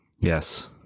Yes